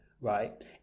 right